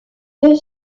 deux